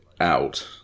out